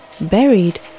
buried